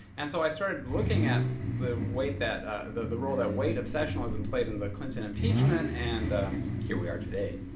and so i started looking at the weight that ah the the role that weight obsessionalism played in the clinton impeachment. and here we are today.